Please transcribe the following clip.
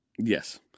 Yes